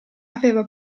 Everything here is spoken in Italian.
aveva